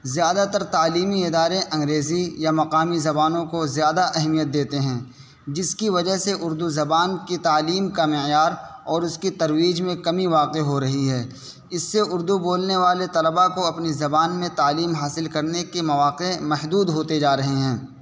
زیادہ تر تعلیمی ادارے انگریزی یا مقامی زبانوں کو زیادہ اہمیت دیتے ہیں جس کی وجہ سے اردو زبان کی تعلیم کا معیار اور اس کی ترویج میں کمی واقع ہو رہی ہے اس سے اردو بولنے والے طلباء کو اپنی زبان میں تعلیم حاصل کرنے کے مواقع محدود ہوتے جا رہے ہیں